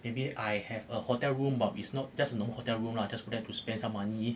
maybe I have a hotel room but is not just a normal hotel room lah just for them to spend some money